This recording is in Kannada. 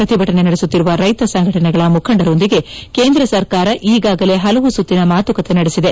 ಪ್ರತಿಭಟನೆ ನಡೆಸುತ್ತಿರುವ ರೈತ ಸಂಘಟನೆಗಳ ಮುಖಂಡರೊಂದಿಗೆ ಕೇಂದ್ರ ಸರ್ಕಾರ ಈಗಾಗಲೇ ಹಲವು ಸುತ್ತಿನ ಮಾತುಕತೆ ನಡೆಸಿದೆ